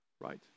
Right